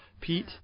Pete